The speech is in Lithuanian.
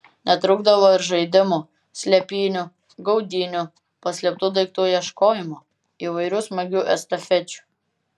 netrūkdavo ir žaidimų slėpynių gaudynių paslėptų daiktų ieškojimo įvairių smagių estafečių